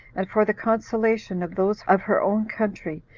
and for the consolation of those of her own country,